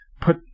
put